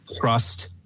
trust